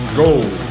gold